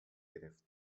گرفت